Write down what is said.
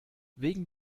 wegen